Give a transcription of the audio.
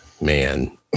man